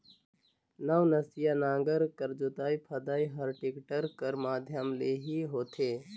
नवनसिया नांगर कर जोतई फदई हर टेक्टर कर माध्यम ले ही होथे